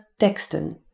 teksten